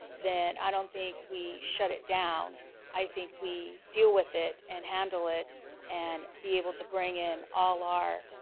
then i don't think we shut it down i think we deal with it and handle it and be able to bring in all our